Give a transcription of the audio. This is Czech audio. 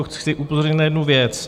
Chci upozornit na jednu věc.